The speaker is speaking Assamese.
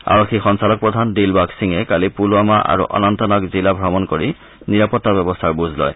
আৰক্ষী সঞ্চালকপ্ৰধান দিলবাগ সিঙে কালি পুলৱামা আৰু অনন্তনাগ জিলা ভ্ৰমণ কৰি নিৰাপত্তা ব্যৱস্থাৰ বুজ লয়